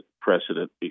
precedent